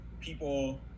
people